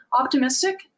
optimistic